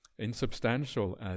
Insubstantial